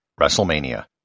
WrestleMania